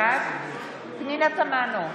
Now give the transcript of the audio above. בעד פנינה תמנו,